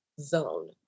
zone